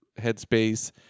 headspace